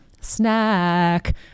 snack